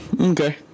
Okay